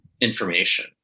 information